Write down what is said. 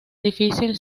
difícil